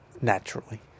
naturally